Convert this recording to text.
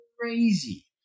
crazy